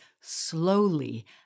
slowly